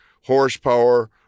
horsepower